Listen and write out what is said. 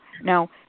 Now